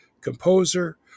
composer